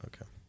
Okay